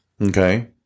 Okay